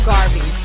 Garvey